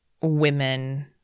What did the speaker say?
women –